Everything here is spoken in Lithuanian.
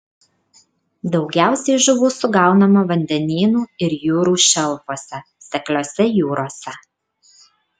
daugiausiai žuvų sugaunama vandenynų ir jūrų šelfuose sekliose jūrose